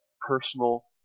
personal